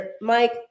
Mike